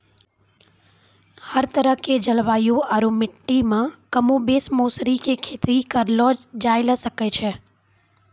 हर तरह के जलवायु आरो मिट्टी मॅ कमोबेश मौसरी के खेती करलो जाय ल सकै छॅ